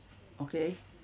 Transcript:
okay